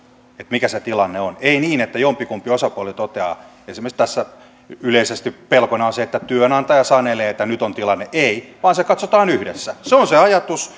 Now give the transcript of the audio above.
mikä se tilanne on ei niin että jompikumpi osapuoli toteaa esimerkiksi tässä yleisesti pelkona on se että työnantaja sanelee että nyt on tilanne vaan se katsotaan yhdessä se on se ajatus